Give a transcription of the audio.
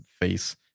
face